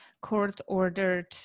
court-ordered